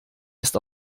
ist